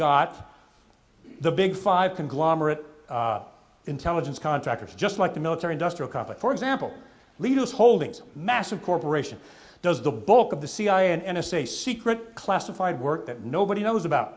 got the big five conglomerate intelligence contractors just like the military industrial complex for example leaderless holdings massive corporation does the bulk of the cia and n s a secret classified work that nobody knows about